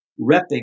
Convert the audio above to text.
repping